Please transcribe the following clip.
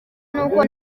n’uko